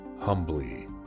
humbly